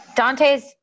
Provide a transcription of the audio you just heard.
Dante's